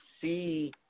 see